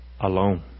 alone